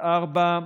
הרביעי,